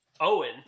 Owen